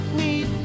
need